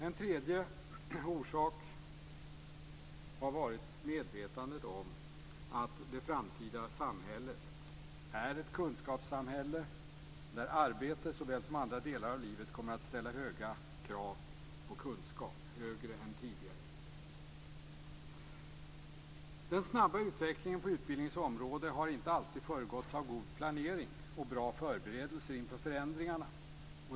En tredje orsak har varit medvetandet om att det framtida samhället är ett kunskapssamhälle där arbete såväl som andra delar av livet kommer att ställa höga krav på kunskap, högre krav än tidigare. Den snabba utvecklingen på utbildningens område har inte alltid föregåtts av god planering och bra förberedelser inför förändringarna.